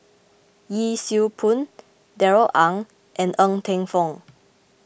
Yee Siew Pun Darrell Ang and Ng Teng Fong